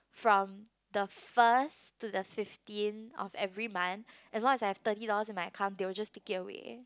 from the first to the fifteen of every month as long as have thirty dollars in my account they will just take it away